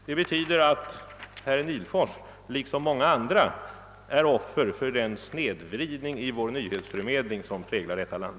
Detta betyder att herr Nihlfors liksom många andra ofta fallit offer för den snedvrid ning i nyhetsförmedlingen som förekommer i vårt land.